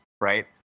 Right